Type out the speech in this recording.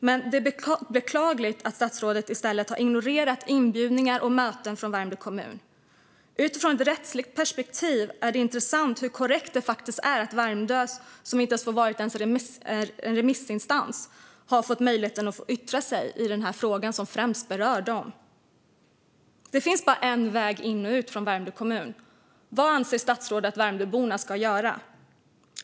Men det är beklagligt att statsrådet i stället har ignorerat inbjudningar och möten från Värmdö kommun. Utifrån ett rättsligt perspektiv är det intressant hur inkorrekt det är att Värmdö inte har fått vara remissinstans och därmed inte fått yttra sig i den här frågan som främst berör dem. Det finns bara en väg in i och ut ur Värmdö kommun. Vad anser statsrådet att Värmdöborna ska göra?